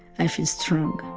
i feel strong